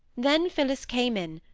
then phillis came in,